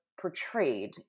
portrayed